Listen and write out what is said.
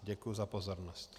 Děkuji za pozornost.